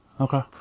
Okay